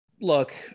Look